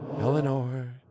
Eleanor